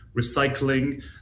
recycling